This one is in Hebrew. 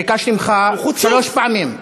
ביקשתי ממך שלוש פעמים.